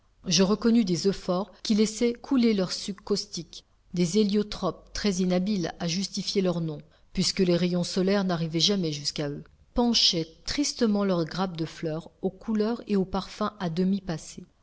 je reconnus des euphorhes qui laissaient couler leur suc caustique des héliotropes très inhabiles à justifier leur nom puisque les rayons solaires n'arrivaient jamais jusqu'à eux penchaient tristement leurs grappes de fleurs aux couleurs et aux parfums à